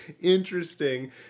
interesting